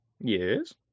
Yes